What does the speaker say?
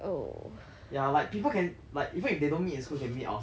ya like people can like even if they don't meet in school they can meet outside so what's the diff